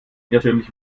irrtümlich